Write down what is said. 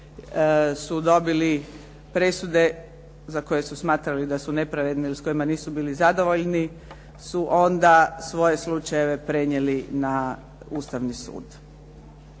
su dobili presude za koje su smatrali da su nepravedne i s kojima nisu bili zadovoljni su onda svoje slučajeve prenijeli na Ustavni sud.